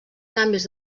canvis